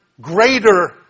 greater